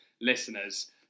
listeners